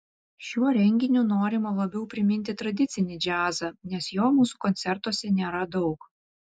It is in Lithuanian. šiuo renginiu norima labiau priminti tradicinį džiazą nes jo mūsų koncertuose nėra daug